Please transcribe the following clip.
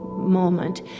moment